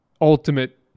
ultimate